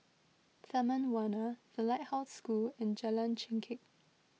Taman Warna the Lighthouse School and Jalan Chengkek